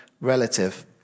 relative